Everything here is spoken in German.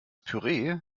püree